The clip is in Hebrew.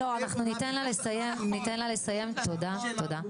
לה לסיים, תודה.